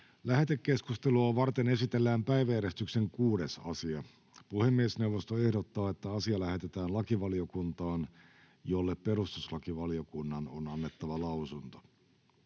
Lähetekeskustelua varten esitellään päiväjärjestyksen 6. asia. Puhemiesneuvosto ehdottaa, että asia lähetetään lakivaliokuntaan, jolle perustuslakivaliokunnan on annettava lausunto.